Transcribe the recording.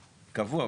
קבוע,